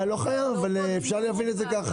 לא חייב, אבל אפשר להבין את זה ככה.